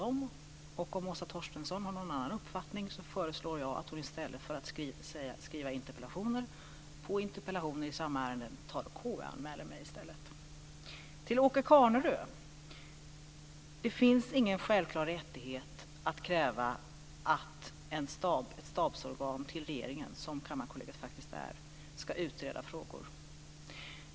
Om Åsa Torstensson har någon annan uppfattning så föreslår jag att hon i stället för att skriva interpellation på interpellation i samma ärende tar och KU-anmäler mig. Åke Carnerö! Det finns ingen självklar rättighet att kräva att ett stabsorgan till regeringen, som Kammarkollegiet faktiskt är, ska utreda frågor.